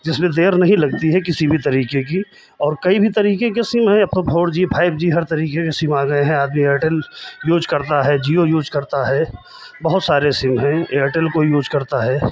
जिसमें देर नहीं लगती है किसी भी तरीके की और कई भी तरीके के सिम है फोर जी फाइव जी हर तरीके के सिम आ गए हैं आदमी एयरटेल यूज़ करता है जिओ यूज़ करता है बहुत सारे सिम हैं एयरटेल कोई यूज़ करता है